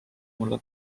mulle